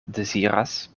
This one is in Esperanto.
deziras